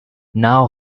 now